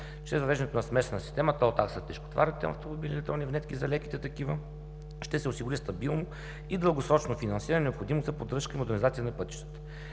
Чрез въвеждането на смесена система – тол такса за тежкотоварните автомобили и с винетки за леките такива, ще се осигури стабилно и дългосрочно финансиране и необходимата поддръжка и модернизация на пътищата.